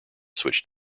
switch